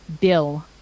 bill